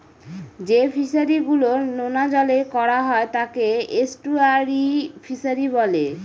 যে ফিশারি গুলো নোনা জলে করা হয় তাকে এস্টুয়ারই ফিশারি বলে